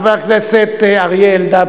חבר הכנסת אריה אלדד,